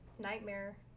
nightmare